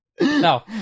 No